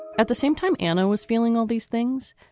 at the same time anna was feeling all these things.